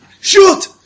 Shoot